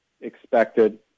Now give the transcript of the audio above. expected